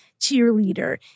cheerleader